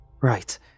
Right